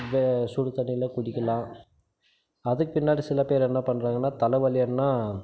இந்த சுடு தண்ணியில் குடிக்கலாம் அதுக்கு பின்னாடி சில பேர் என்ன பண்ணுறாங்கன்னா தலை வலின்னால்